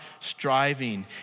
striving